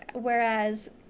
whereas